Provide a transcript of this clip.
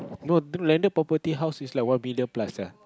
no landed property house is like one billion plus ah